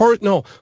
no